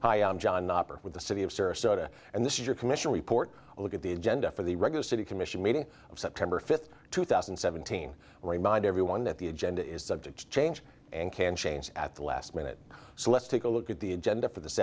hi i'm john with the city of sarasota and this is your commission report a look at the agenda for the regular city commission meeting september fifth two thousand and seventeen remind everyone that the agenda is subject to change and can change at the last minute so let's take a look at the agenda for this